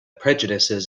prejudices